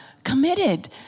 Committed